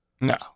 No